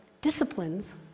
disciplines